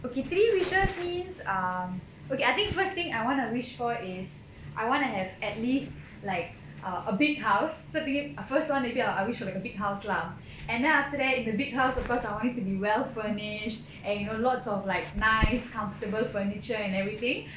okay three wishes means um okay I think first thing I want to wish for is I want to have at least like a big house so the first one maybe I wish for like a big house lah and then after that in the big house of course I want it to be well furnished and you know lots of like nice comfortable furniture and everything